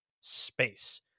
space